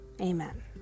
amen